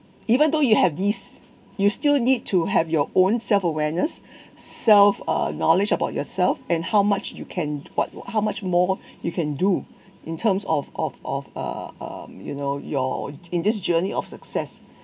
even though you have these you still need to have your own self awareness self uh knowledge about yourself and how much you can what how much more you can do in terms of of of uh um you know your in this journey of success